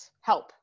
help